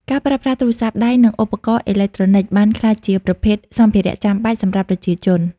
ការប្រើប្រាស់ទូរស័ព្ទដៃ និងឧបករណ៍អេឡិចត្រូនិចបានក្លាយជាប្រភេទសម្ភារចាំបាច់សម្រាប់ប្រជាជន។